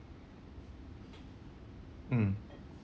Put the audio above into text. mm